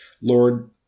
Lord